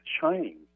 shining